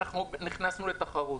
אנחנו נכנסנו לתחרות.